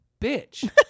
bitch